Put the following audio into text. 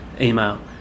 Email